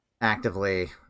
actively